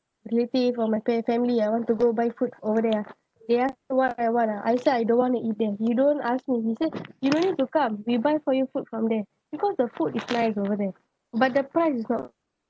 relative or my fa~ family ah want to go buy food over there ah they ask me what I want ah I say I don't want to eat there you don't ask me he say you no need to come we buy for you food from there because the food is nice over there but the price is not